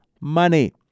money